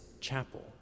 chapel